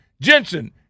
Jensen